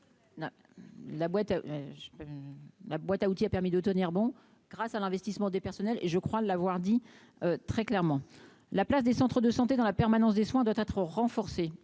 la boîte à outils, a permis de tenir bon, grâce à l'investissement des personnels et je crois l'avoir dit très clairement la place des centres de santé dans la permanence des soins doit être renforcée,